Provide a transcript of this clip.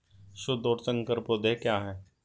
शुद्ध और संकर पौधे क्या हैं?